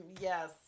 Yes